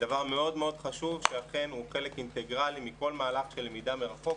דבר מאוד מאוד חשוב שהוא חלק אינטגרלי מכל מהלך של למידה מרחוק.